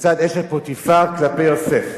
מצד אשת פוטיפר כלפי יוסף?